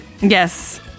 yes